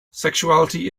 sexuality